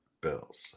Bills